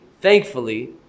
thankfully